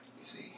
see